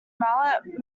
mallet